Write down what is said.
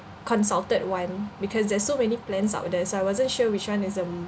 consulted one because there's so many plans out there so I wasn't sure which one is um